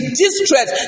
distress